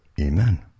amen